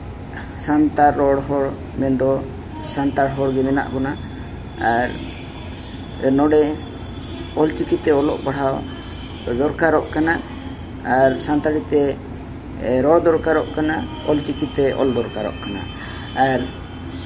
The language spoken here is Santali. ᱥᱟᱱᱛᱟᱲ ᱨᱚᱲ ᱦᱚᱲ ᱢᱮᱱᱫᱚ ᱥᱟᱱᱛᱟᱲ ᱦᱚᱲᱜᱮ ᱢᱮᱱᱟᱜ ᱵᱚᱱᱟ ᱟᱨ ᱱᱚᱰᱮ ᱚᱞᱪᱤᱠᱤ ᱛᱮ ᱚᱞᱚᱜ ᱯᱟᱲᱦᱟᱣ ᱫᱚᱨᱠᱟᱨᱚᱜ ᱠᱟᱱᱟ ᱟᱨ ᱥᱟᱱᱛᱟᱲᱤ ᱛᱮ ᱨᱚᱲ ᱫᱚᱨᱠᱟᱨᱚᱜ ᱠᱟᱱᱟ ᱟᱨ ᱚᱞᱪᱤᱠᱤ ᱛᱮ ᱚᱞ ᱫᱚᱨᱠᱟᱨᱚᱜ ᱠᱟᱱᱟ ᱟᱨ